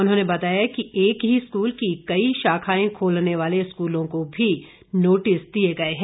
उन्होंने बताया कि एक ही स्कूल की कई शाखाएं खोलने वाले स्कूलों को भी नोटिस दिए गए हैं